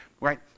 right